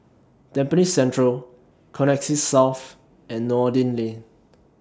Tampines Central Connexis South and Noordin Lane